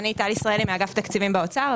אני מאגף תקציבים באוצר,